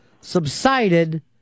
subsided